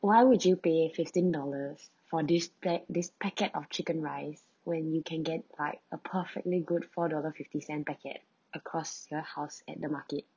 why would you pay fifteen dollars for this pack this packet of chicken rice when you can get like a perfectly good four dollar fifty cent packet across the house at the market